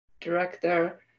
director